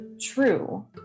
true